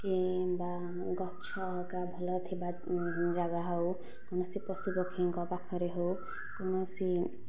କିମ୍ବା ଗଛ ଭଲ ଥିବା ଜାଗା ହେଉ କୌଣସି ପଶୁପକ୍ଷୀଙ୍କ ପାଖରେ ହେଉ କୌଣସି